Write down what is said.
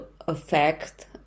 affect